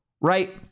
right